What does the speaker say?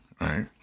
right